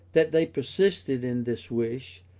that they persisted in this wish,